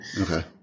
Okay